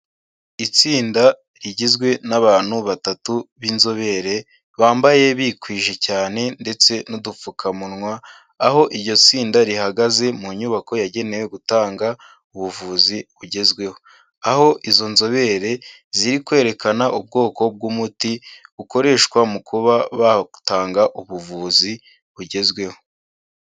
Itsinda rigizwe n'abantu batatu b'inzobere bambaye bikwije cyane ndetse n'udupfukamunwa, aho iryo tsinda rihagaze mu nyubako yagenewe gutanga ubuvuzi bugezweho, aho izo nzobere ziri kwerekana ubwoko bw'umuti bukoreshwa mu kuba batanga ubuvuzi bugezweho.